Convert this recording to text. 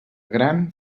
gran